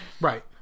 Right